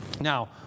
now